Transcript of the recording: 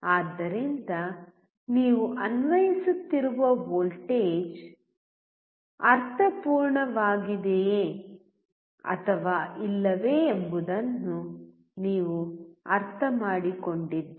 ಆದ್ದರಿಂದ ನೀವು ಅನ್ವಯಿಸುತ್ತಿರುವ ವೋಲ್ಟೇಜ್ ಅರ್ಥಪೂರ್ಣವಾಗಿದೆಯೆ ಅಥವಾ ಇಲ್ಲವೇ ಎಂಬುದನ್ನು ನೀವು ಅರ್ಥಮಾಡಿಕೊಂಡಿದ್ದೀರಿ